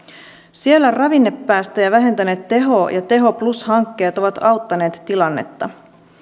siellä ravinnepäästöjä vähentäneet teho ja teho plus hankkeet ovat auttaneet tilannetta